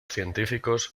científicos